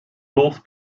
north